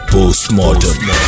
Postmodern